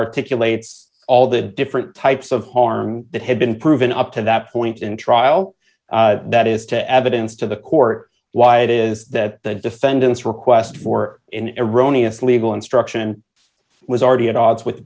articulate all the different types of harm that had been proven up to that point in trial that is to evidence to the court why it is that the defendant's request for an arrow neophyte legal instruction was already at odds with